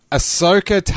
Ahsoka